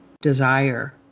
desire